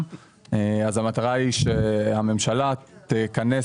כך הממשלה תצטרך